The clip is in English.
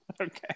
Okay